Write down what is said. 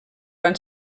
van